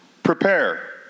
prepare